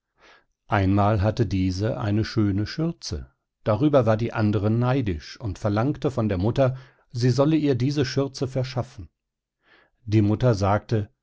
einmal hatte diese eine schöne schürze darüber war die andere neidisch und verlangte von der mutter sie solle ihr diese schürze verschaffen die mutter sagte